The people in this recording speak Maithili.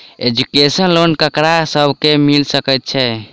एजुकेशन लोन ककरा सब केँ मिल सकैत छै?